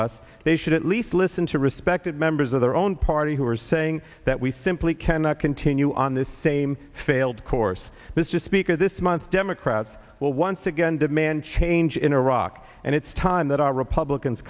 us they should at least listen to respected members of their own party who are saying that we simply cannot continue on this same failed course mr speaker this democrats will once again demand change in iraq and it's time that our republicans